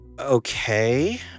Okay